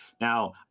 Now